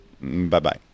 bye-bye